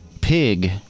Pig